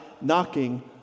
knocking